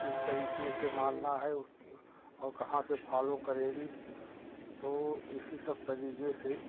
इस तरीके से मारना है और कहाँ से फालों करेगी तो इसी सब तरीके से